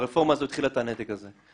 והרפורמה הזאת התחילה את הנתק הזה.